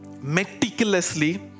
Meticulously